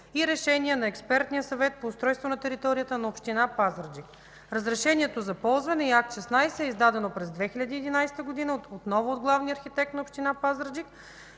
и решение на експертния съвет по устройство на територията на община Пазарджик. Разрешението за ползване и Акт 16 са издадени през 2011 г. отново от главния архитект на община Пазарджик.